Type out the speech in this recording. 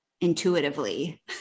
intuitively